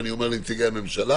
ואני אומר לנציגי הממשלה